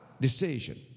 decision